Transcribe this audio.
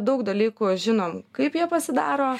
daug dalykų žinom kaip jie pasidaro